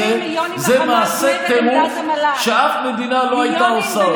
זה מעשה טירוף שאף מדינה לא הייתה עושה.